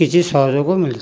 କିଛି ସହଯୋଗ ମିଳିଥାଏ